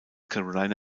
carolina